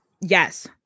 Yes